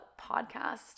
podcast